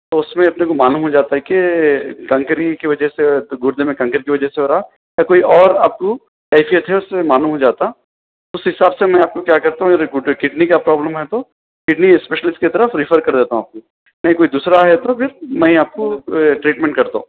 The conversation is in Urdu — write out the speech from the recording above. تو اس میں اپنے کو معلوم ہو جاتا ہے کہ کنکری کے وجہ سے گردے میں کنکر کی وجہ سے ہو رہا یا کوئی اور آپ کو کیفیت ہے اس سے معلوم ہو جاتا اس حساب سے میں آپ کو کیا کرتا کنڈنی کا پروبلم ہے تو کنڈنی اسپیشلسٹ کی طرف ریفر کر دیتا ہوں نہیں کوئی دوسرا ہے تو پھر میں آپ کو اے ٹریٹمینٹ کرتا ہوں